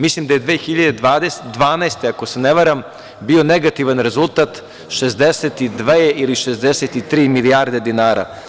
Mislim da je 2012. godine, ako se ne varam, bio negativan rezultat – 62 ili 63 milijarde dinara.